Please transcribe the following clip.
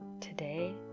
Today